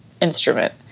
instrument